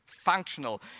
functional